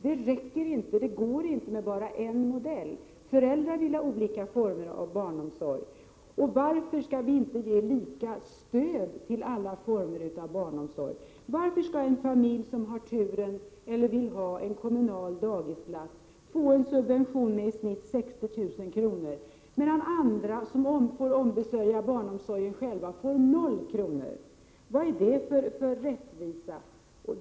Det går alltså inte att ha bara en modell. Föräldrar vill, som sagt, ha olika former av barnomsorg. Varför skall vi inte då ge samma stöd till alla former av barnomsorg? Varför skall en familj, som har tur att få en kommunal dagisplats, få en subvention med i genomsnitt 60 000 kr. per år, medan andra som själva får ombesörja sin barnomsorg får 0 kr.? Vad är det för rättvisa?